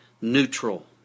neutral